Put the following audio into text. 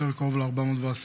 יותר קרוב ל-410.